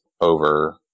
over